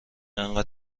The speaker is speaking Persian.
انقدر